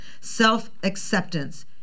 Self-acceptance